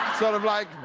sort of like,